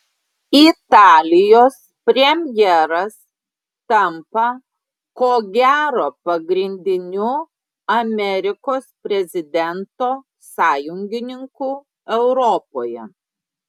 italijos premjeras tampa ko gero pagrindiniu amerikos prezidento sąjungininku europoje